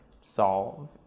solve